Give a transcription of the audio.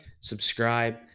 subscribe